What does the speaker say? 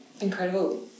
incredible